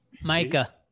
Micah